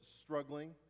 struggling